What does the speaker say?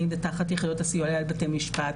האם זה תחת יחידות הסיוע של בתי המשפט,